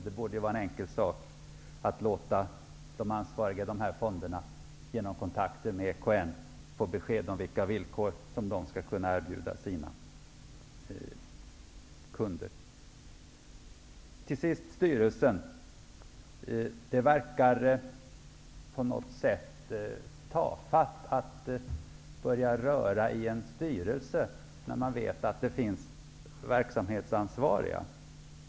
Det borde vara en enkel sak för de ansvariga för dessa fonder att genom kontakter med EKN kunna ge besked om vilka villkor de skall kunna erbjuda sina kunder. Till sist vill jag tala om styrelsen. Det verkar på något sätt tafatt att börja röra i en styrelse när man vet att det finns verksamhetsansvariga.